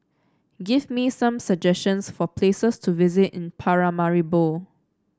gives me some suggestions for places to visit in Paramaribo